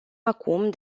acum